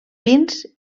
pins